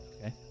Okay